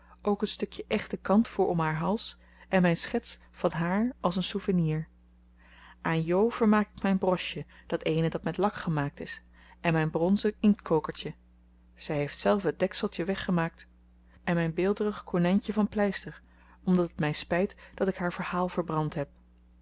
ook het stukje echte kant voor om haar hals en mijn schets van haar als een souvenier aan jo vermaak ik mijn brosje dat eene dat met lak gemaakt is en mijn bronsen inktkookertje zij heeft zelf het dekseltje weggemaakt en mijn beeldrig konijntje van plijster omdat het mij spijt dat ik haar verhaal verbrant heb